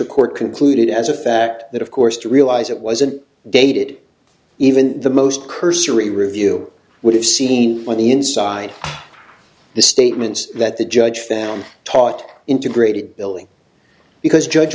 report concluded as a fact that of course to realize it wasn't dated even the most cursory review would have seen on the inside the statements that the judge found taut integrated billing because judge